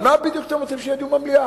על מה בדיוק אתם רוצים שיהיה דיון במליאה?